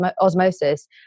osmosis